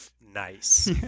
nice